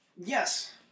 yes